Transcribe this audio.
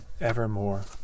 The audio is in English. evermore